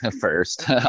first